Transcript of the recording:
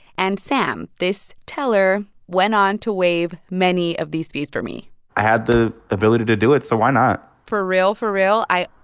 and sam, this teller, went on to waive many of these fees for me i had the ability to do it, so why not? for real, for real, i,